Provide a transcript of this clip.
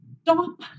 stop